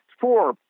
four